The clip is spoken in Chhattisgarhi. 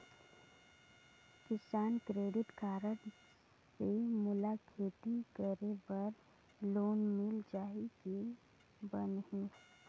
किसान क्रेडिट कारड से मोला खेती करे बर लोन मिल जाहि की बनही??